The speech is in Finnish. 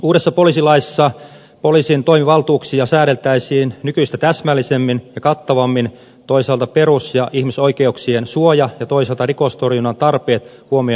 uudessa poliisilaissa poliisin toimivaltuuksia säänneltäisiin nykyistä täsmällisemmin ja kattavammin toisaalta perus ja ihmisoikeuksien suoja ja toisaalta rikostorjunnan tarpeet huomioon ottaen